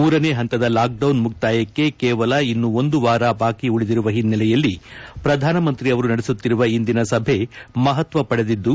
ಮೂರನೇ ಹಂತದ ಲಾಕ್ಡೌನ್ ಮುಕ್ತಾಯಕ್ಷೆ ಕೇವಲ ಇನ್ನು ಒಂದು ವಾರ ಬಾಕಿ ಉಳಿದಿರುವ ಹಿನ್ನೆಲೆಯಲ್ಲಿ ಪ್ರಧಾನಿ ಅವರು ನಡೆಸುತ್ತಿರುವ ಇಂದಿನ ಸಭೆ ಮಹತ್ವ ಪಡೆದಿದ್ದು